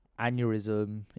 Aneurysm